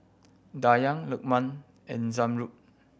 Dayang Lukman and Zamrud